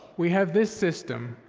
we have this system,